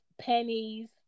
pennies